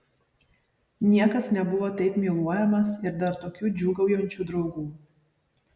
niekas nebuvo taip myluojamas ir dar tokių džiūgaujančių draugų